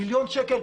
מיליון שקל,